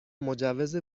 مجوز